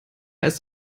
ist